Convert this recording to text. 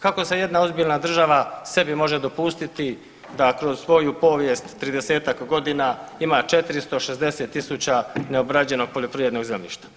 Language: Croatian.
Kako se jedna ozbiljna država sebi može dopustiti da kroz svoju povijest 30-ak godina ima 460.000 neobrađenog poljoprivrednog zemljišta?